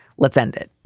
let's end it.